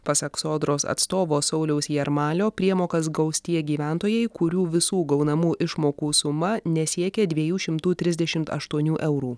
pasak sodros atstovo sauliaus jarmalio priemokas gaus tie gyventojai kurių visų gaunamų išmokų suma nesiekia dviejų šimtų trisdešimt aštuonių eurų